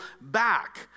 back